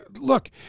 look